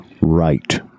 right